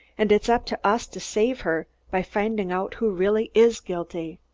and it's up to us to save her, by finding out who really is guilty.